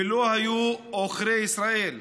ולא היו עוכרי ישראל,